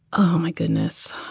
oh, my goodness.